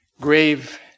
grave